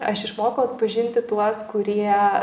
aš išmokau atpažinti tuos kurie